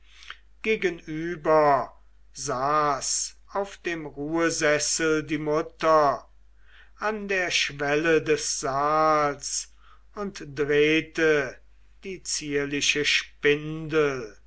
gegenüber saß auf dem ruhesessel die mutter an der schwelle des saals und drehte die zierliche spindel